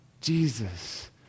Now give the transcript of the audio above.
jesus